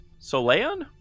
Soleon